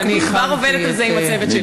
אני כבר עובדת על זה עם הצוות שלי.